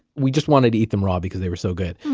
we just wanted eat them raw because they were so good.